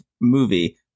movie